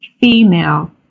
female